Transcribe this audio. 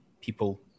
people